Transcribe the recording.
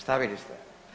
Stavili ste?